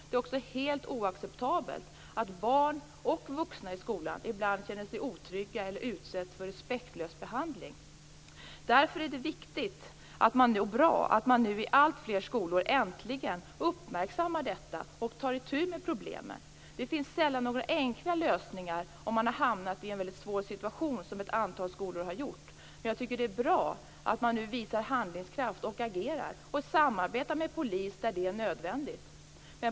Det är också helt oacceptabelt att barn och vuxna i skolan ibland känner sig otrygga eller utsätts för respektlös behandling. Därför är det viktigt och bra att man nu i alltfler skolor äntligen uppmärksammar detta och tar itu med problemen. Det finns sällan några enkla lösningar om man, som ett antal skolor har gjort, har hamnat i en väldigt svår situation. Det är bra att man nu visar handlingskraft och agerar och samarbetar med polis när det är nödvändigt.